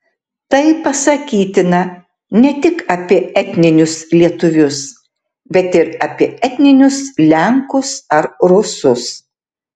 tai pasakytina ne tik apie etninius lietuvius bet ir apie etninius lenkus ar rusus